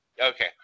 Okay